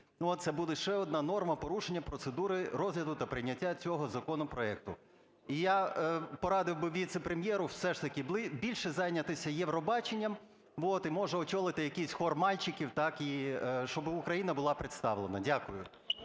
Це буде ще одна норма порушення процедури розгляду та прийняття цього законопроекту. І я порадив би віце-прем'єру все ж таки більше зайнятися "Євробаченням" і, може, очолити якийсь хор мальчиков, так, і щоб Україна була представлена. Дякую.